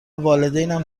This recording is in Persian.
والدینم